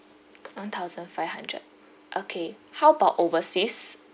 one thousand five hundred okay how about overseas